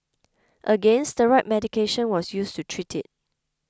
again steroid medication was used to treat it